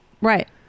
Right